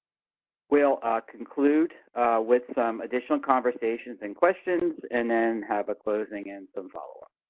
we'll ah conclude with some additional conversations and questions and then have a closing and some follow-up.